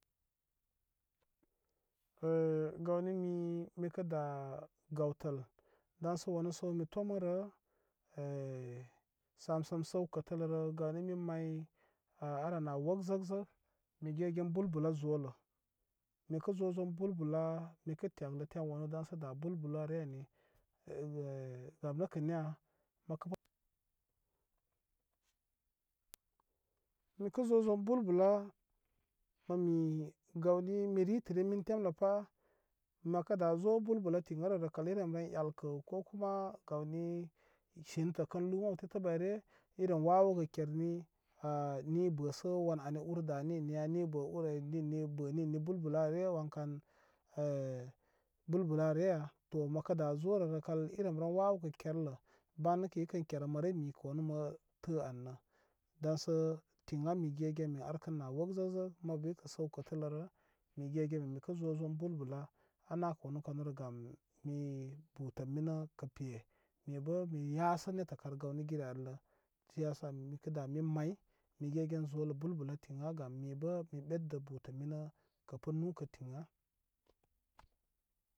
É gawni mikə da gawtəl daysə wanə səw sə mi tomə re eh samsən səw kətələ rə gawni min may ar a nə wəgzəgzag mi ge gen bul bula zolə. Mikə zozon bulbula mikə tekləteŋ wanu daŋsə da bul bulare ani eh gamnəkə niya mikə zozon bulbula mə mi gawni mi ritərin min temlə pa makə da zo bulbula tiŋ a rə rəkal i remren elkə ko kuma gawni sintə kənlu mən tətə gbəyre ireni wawəgə kerni ah ni bəsə wan ani ur da ninniya nibə ur ay ninni bə ninni bulbula re wankan eh bulbulare ya to məkə da zorə rəkal i rem ren wawəgə kerlə ban nəkə ikən kermə mə re mikə wanu mə tə au rə daŋsə tiŋa mi gegen min ar kən na wok zəg zay mabu ikə səw kətələrə mi ge min mikə zo bulbula ama wanukawrəkə gamni butə minə kə pe mibə min yasə nettə kar gawni gil allə shi ya sa mikə da min may mi gegen zolə bulbula tin a kə gam mibə mi ɓedə butá minə kə pə nukə tiŋ a.